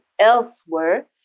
elsewhere